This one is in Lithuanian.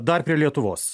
dar prie lietuvos